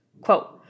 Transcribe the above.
Quote